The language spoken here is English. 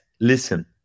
listen